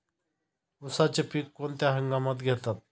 उसाचे पीक कोणत्या हंगामात घेतात?